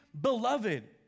beloved